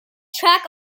track